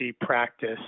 practice